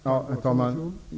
Herr talman!